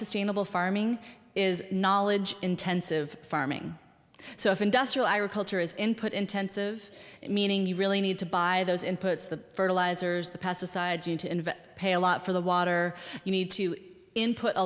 sustainable farming is knowledge intensive farming so if industrial agriculture is input intensive meaning you really need to buy those inputs the fertilizers the past aside to invest pay a lot for the water you need to input a